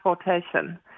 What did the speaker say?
transportation